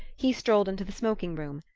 he strolled into the smoking-room,